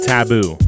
Taboo